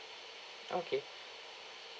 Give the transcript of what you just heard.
okay